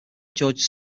george